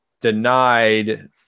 denied